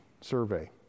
survey